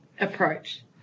approach